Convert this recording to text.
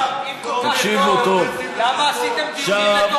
אם כל כך טוב, למה עשיתם דיונים לתוך השבת?